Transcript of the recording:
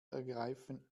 ergreifen